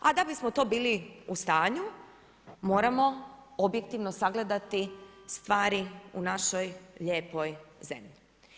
A da bismo to bili u stanju, moramo objektivno sagledati stvari u našoj lijepoj zemlji.